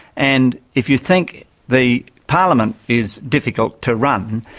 and if you think the parliament is difficult to run,